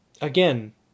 Again